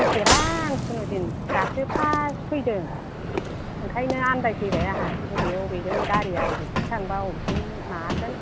फैफेरा आं खुनु दिन दासो फार्स्ट फैदों बेनिखायनो आनदायफैबाय आंहा बबे बबेजों गारिया बबेथिं थांबा बबेथिं माबागोन